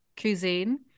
cuisine